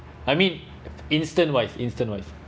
I mean instant-wise instant-wise